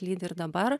lydi ir dabar